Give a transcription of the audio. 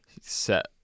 set